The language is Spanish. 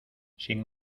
sin